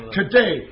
today